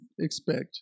expect